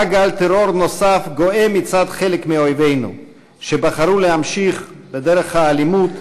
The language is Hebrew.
שבה גל טרור נוסף גואה מצד חלק מאויבינו שבחרו להמשיך בדרך האלימות,